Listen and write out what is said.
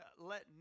let